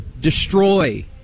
destroy